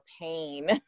pain